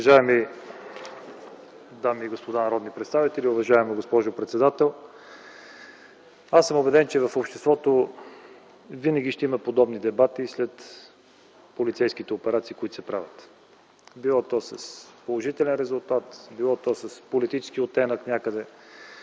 Уважаеми дами и господа народни представители, уважаема госпожо председател! Аз съм убеден, че в обществото винаги ще има подобни дебати след полицейските операции, които се правят – било то с положителен резултат, било то някъде с политически оттенък.